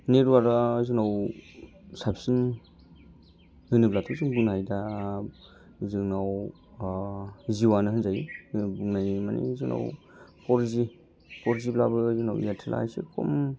नेटवार्कआ जोंनाव साबसिन होनोब्लाथ' जों बुंनो हायो दा जोंनाव जिय' आनो होनजायो होननाय मानि जोंनाव फर जि फर जिब्लाबो जोंनाव एयारटेला एसे खम